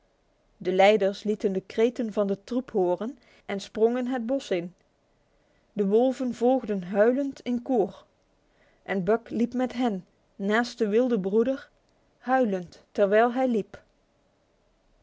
de leiders lieten de kreten van de troep horen en sprongen het bos in de wolven volgden huilend in koor en buck liep met hen naast den wilden broeder huilend terwijl hij liep